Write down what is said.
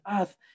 earth